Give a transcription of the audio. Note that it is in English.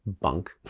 bunk